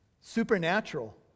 supernatural